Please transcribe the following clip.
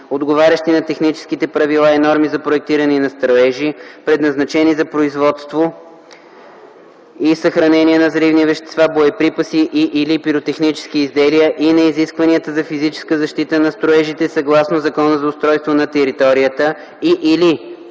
отговарящи на техническите правила и норми за проектиране на строежи, предназначени за производство и съхранение на взривни вещества, боеприпаси и/или пиротехнически изделия и на изискванията за физическа защита на строежите съгласно Закона за устройство на територията и/или;